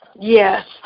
yes